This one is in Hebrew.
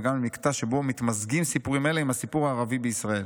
וגם עם מקטע שבו מתמזגים סיפורים אלה עם הסיפור הערבי בישראל.